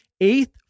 eighth